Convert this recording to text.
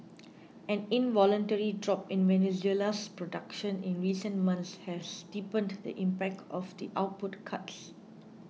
an involuntary drop in Venezuela's production in recent months has deepened the impact of the output cuts